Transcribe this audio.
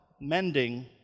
mending